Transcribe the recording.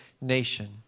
nation